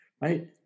right